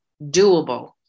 doable